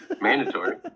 mandatory